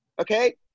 okay